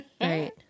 Right